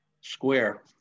square